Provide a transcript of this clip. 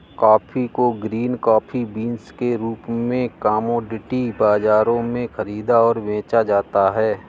coffee को green coffee beans के रूप में कॉमोडिटी बाजारों में खरीदा और बेचा जाता है